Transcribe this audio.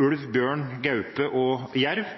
ulv, bjørn, gaupe og jerv.